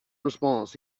response